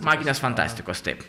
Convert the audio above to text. maginės fantastikos taip